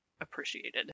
appreciated